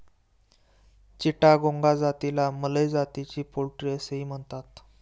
चिटागोंग जातीला मलय जातीची पोल्ट्री असेही म्हणतात